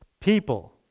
People